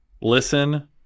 Listen